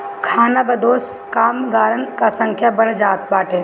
खानाबदोश कामगारन कअ संख्या बढ़त जात बाटे